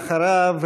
ואחריו,